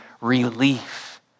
relief